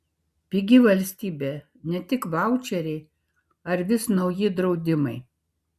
pigi valstybė ne tik vaučeriai ar vis nauji draudimai